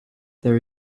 there